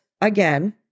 again